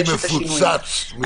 המייל שלי מפוצץ מאירועים שמשתנים.